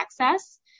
access